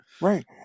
Right